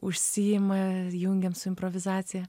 užsiima jungiam su improvizacija